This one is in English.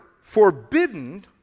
forbidden